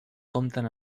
compten